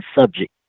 subject